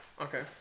Okay